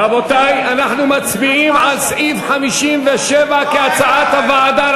רבותי, אנחנו מצביעים על סעיף 57 כהצעת הוועדה.